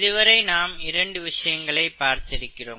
இது வரை நாம் இரண்டு விஷயங்களை பார்த்திருக்கிறோம்